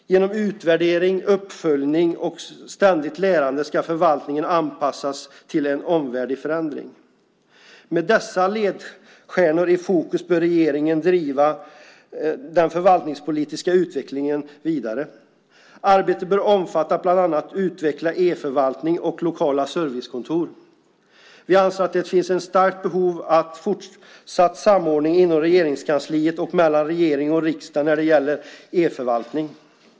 Genom utvärdering, uppföljning och ständigt lärande ska förvaltningen anpassas till en omvärld i förändring. Med dessa ledstjärnor i fokus bör regeringen driva den förvaltningspolitiska utvecklingen vidare. Arbetet bör omfatta bland annat utveckling av e-förvaltning och av lokala servicekontor. Vi anser att det finns ett starkt behov av fortsatt samordning inom Regeringskansliet och mellan regering och riksdag när det gäller e-förvaltning.